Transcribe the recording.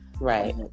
Right